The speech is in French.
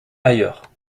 ailleurs